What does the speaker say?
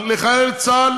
לחיילי צה"ל